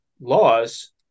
laws